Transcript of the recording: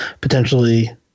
potentially